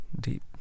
deep